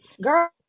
girl